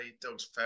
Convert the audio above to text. dog's